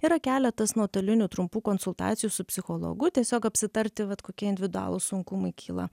yra keletas nuotolinių trumpų konsultacijų su psichologu tiesiog apsitarti vat kokie individualūs sunkumai kyla